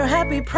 Happy